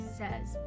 says